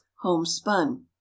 homespun